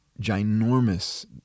ginormous